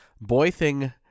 Boy-Thing